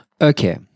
Okay